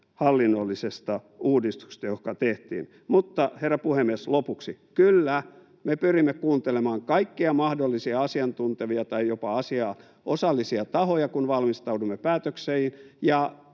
hallinnollisesta uudistuksesta, joka tehtiin. Mutta, herra puhemies, lopuksi: Kyllä, me pyrimme kuuntelemaan kaikkia mahdollisia asiantuntevia tai jopa asiaan osallisia tahoja, kun valmistaudumme päätökseen.